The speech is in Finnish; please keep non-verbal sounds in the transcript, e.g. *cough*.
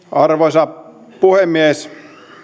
*unintelligible* arvoisa puhemies